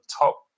top